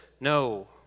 No